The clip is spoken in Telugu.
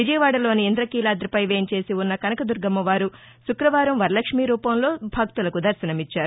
విజయవాడలోని ఇంద్రకీలాదిపై వేంచేసి ఉన్న కనకదుర్గమ్మవారు శుక్రవారం వరలక్ష్మి రూపంలో భక్తులకు దర్భనమిచ్చారు